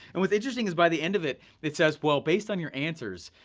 and what's interesting is by the end of it, it says well based on your answers,